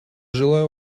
желаю